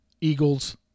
Eagles